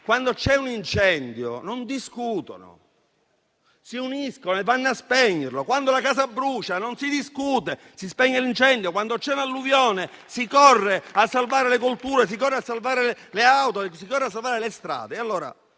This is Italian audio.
quando c'è un incendio, non discutono, ma si uniscono e vanno a spegnerlo. Quando la casa brucia non si discute: si spegne l'incendio; quando c'è un'alluvione, si corre a salvare le colture, le auto e le strade.